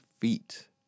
feet